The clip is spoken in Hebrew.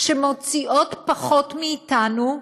שמוציאות פחות מאיתנו,